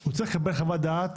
הוא צריך לקבל חוות דעת